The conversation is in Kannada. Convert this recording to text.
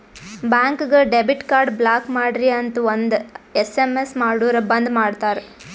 ಬ್ಯಾಂಕ್ಗ ಡೆಬಿಟ್ ಕಾರ್ಡ್ ಬ್ಲಾಕ್ ಮಾಡ್ರಿ ಅಂತ್ ಒಂದ್ ಎಸ್.ಎಮ್.ಎಸ್ ಮಾಡುರ್ ಬಂದ್ ಮಾಡ್ತಾರ